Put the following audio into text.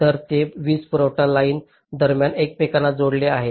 तर ते वीज पुरवठा लाइन दरम्यान एकमेकांना जोडलेले आहेत